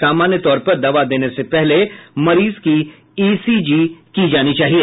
सामान्य तौर पर दवा देने से पहले मरीज की ई सी जी की जानी चाहिए